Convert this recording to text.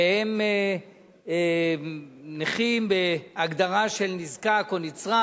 שהם נכים בהגדרה של נזקק או נצרך,